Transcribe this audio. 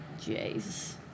jesus